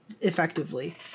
effectively